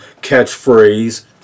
catchphrase